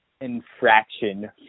infraction